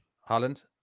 Holland